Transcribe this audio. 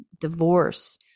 divorce